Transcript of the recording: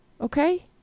Okay